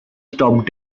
stop